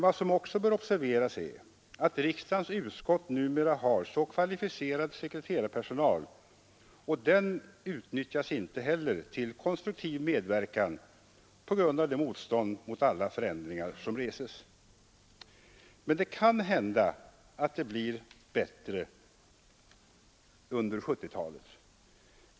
Vad som också bör observeras är att riksdagens utskott numera har en mycket kvalificerad sekreterarpersonal, men denna utnyttjas inte heller, på grund av det motstånd mot alla förändringar som reses, till konstruktiv medverkan. Men det kan hända att det blir bättre under 1970-talet.